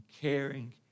caring